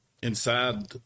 Inside